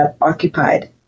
occupied